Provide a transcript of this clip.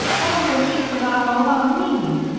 i wonder if she forgot all about me.